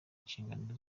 inshingano